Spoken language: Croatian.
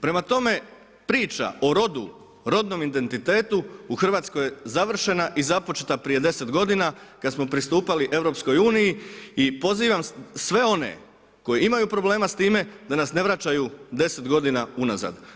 Prema tome priča o rodu, rodnom identitetu u Hrvatskoj je završena i započeta prije 10 godina kad smo pristupali EU-u i pozivam sve one koji imaju problema s time da nas ne vraćaju 10 godina unazad.